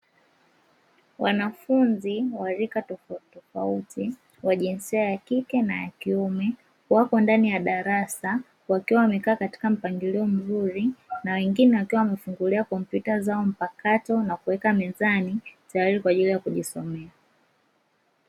Wanafunzi wa rika tofautitofauti wa jinsia ya kike na ya kiume, wako ndani ya darasa wakiwa wamekaa katika mpangilio mzuri na wengine wakiwa wamefungulia kompyuta zao mpakato wameweka mezani, tayari kwa kujisomea.